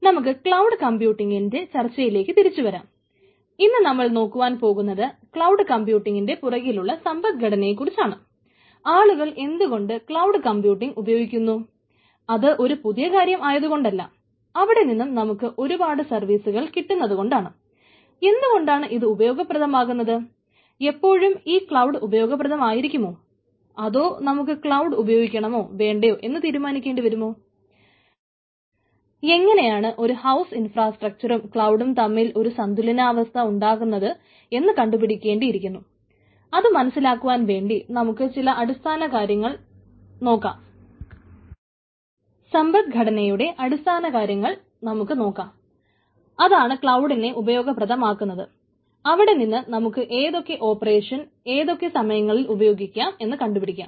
നമുക്ക് ക്ലൌഡ് കമ്പ്യൂട്ടിങ്ങിന്റെ ഏതൊക്കെ സമയങ്ങളിൽ ഉപയോഗിക്കാം എന്ന് കണ്ടു പിടിക്കാം